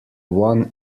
one